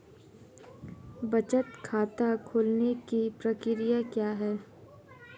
बचत खाता खोलने की प्रक्रिया क्या है?